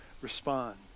respond